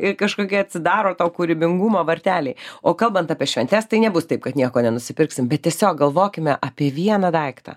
ir kažkokie atsidaro tau kūrybingumo varteliai o kalbant apie šventes tai nebus taip kad nieko nenusipirksim bet tiesiog galvokime apie vieną daiktą